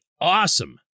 awesome